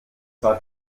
hat